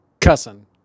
Cussing